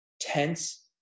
tense